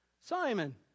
Simon